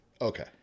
Okay